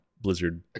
Blizzard